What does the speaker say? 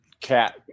cat